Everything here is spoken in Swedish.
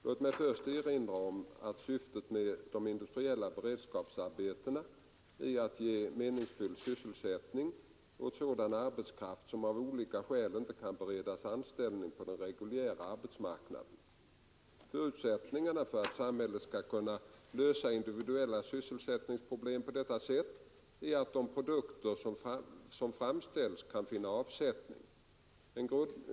Låt mig först erinra om att syftet med de industriella beredskapsarbetena är att ge meningsfull sysselsättning åt sådan arbetskraft som av olika skäl inte kan beredas anställning på den reguljära arbetsmarknaden. Förutsättningarna för att samhället skall kunna lösa individuella sysselsättningsproblem på detta sätt är att de produkter som framställs kan finna avsättning.